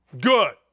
good